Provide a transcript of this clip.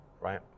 right